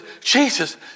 Jesus